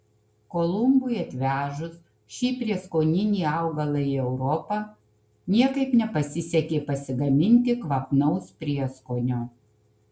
kolumbui atvežus šį prieskoninį augalą į europą niekaip nepasisekė pasigaminti kvapnaus prieskonio